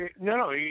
no